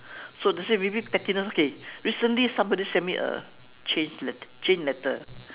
so let's say maybe pettiness okay recently somebody sent me a chain let~ chain letter